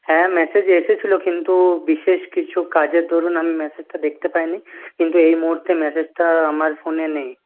হ্যাঁ ম্যাসেজ এসেছিলো কিন্তু বিশেষ কিছু কাজের দরুন আমি ম্যাসেজটা দেখতে পাইনি কিন্তু এই মুহূর্তে ম্যাসেজটা আমার ফোনে নেই